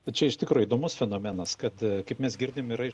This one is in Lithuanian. va čia iš tikro įdomus fenomenas kad kaip mes girdime yra